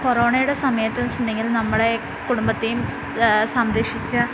കൊറോണയുടെ സമയത്ത് എന്നു വച്ചിട്ടുണ്ടെങ്കിൽ നമ്മളെ കുടുംബത്തെയും സംരക്ഷിച്ച